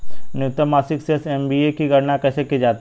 न्यूनतम मासिक शेष एम.ए.बी की गणना कैसे की जाती है?